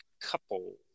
couple